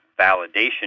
validation